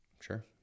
Sure